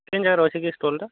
କେଉଁ ଜାଗାରେ ଅଛିକି ଷ୍ଟଲଟା